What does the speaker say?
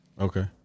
Okay